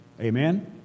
Amen